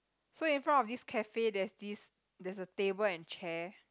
so in front of this cafe there's this there's a table and chair